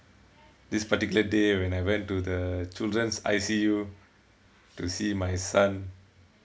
this particular day when I went to the children's I_C_U to see my son